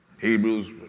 Hebrews